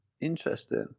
interesting